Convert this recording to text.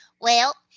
well,